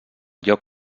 lloc